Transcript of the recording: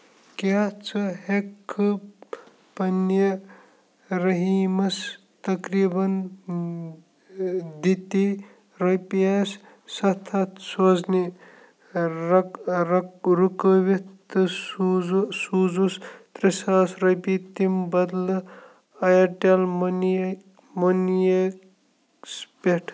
کیٛاہ ژٕ ہٮ۪ککھہٕ پنٛنہِ رحیٖمَس تقریٖباً دِتی رۄپیَس سَتھ ہَتھ سوزنہِ رُکاوِتھ تہٕ سوزُ سوزُس ترٛے ساس رۄپیہِ تَمہِ بدلہٕ اِیَرٹل مٔنی یے مٔنی یَس پٮ۪ٹھ